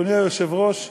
אדוני היושב-ראש,